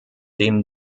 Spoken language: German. dem